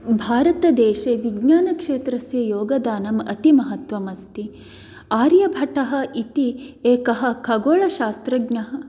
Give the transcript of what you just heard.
भारतदेशे विज्ञानक्षेत्रस्य योगदानं अतिमहत्त्वम् अस्ति आर्यभट्टः इति एकः खगोलशास्त्रज्ञः